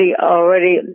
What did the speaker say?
already